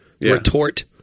retort